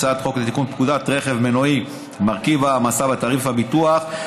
בהצעת חוק לתיקון פקודת רכב מנועי (מרכיב ההעמסה בתעריף הביטוח),